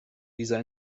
dieser